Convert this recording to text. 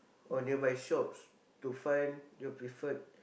or nearby shops to find your preferred